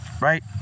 right